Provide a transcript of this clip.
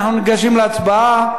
אנחנו ניגשים להצבעה.